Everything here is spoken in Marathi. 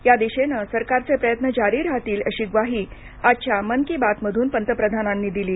या दिशेनं सरकारचे प्रयत्न जारी राहतील अशी ग्वाही आजच्या मन की बातमधून पंतप्रधानांनी दिली